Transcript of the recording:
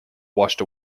washed